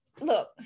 look